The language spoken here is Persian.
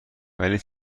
ولی